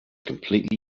completely